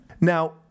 Now